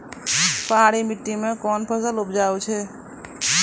पहाड़ी मिट्टी मैं कौन फसल उपजाऊ छ?